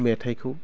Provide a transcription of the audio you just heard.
मेथाइखौ